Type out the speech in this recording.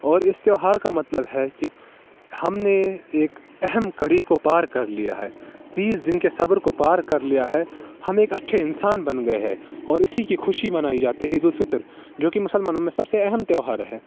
اور اس تہوار کا مطلب ہے کہ ہم نے ایک اہم کڑی کو پار کر لیا ہے تیس دن کے صبر کو بار کر لیا ہے ہم ایک اچھے انسان بن گئے ہیں اور اسی کی خوشی منائی جاتی ہے عید الفطر جوکہ مسلمانوں میں سب سے اہم تہوار ہے